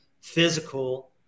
physical